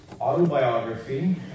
autobiography